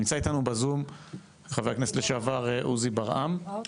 נמצא איתנו בזום חבר הכנסת לשעבר עוזי ברעם.